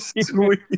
Sweet